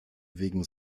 wegen